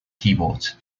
keyboards